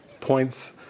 points